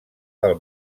del